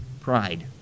pride